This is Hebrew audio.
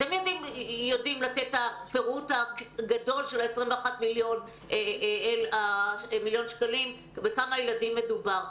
אתם יודעים לתת את הפירוט הגדול של 21 מיליון שקלים בכמה ילדים מדובר.